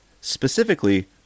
specifically